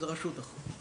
הרשות אחראית.